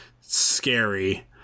scary